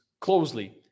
closely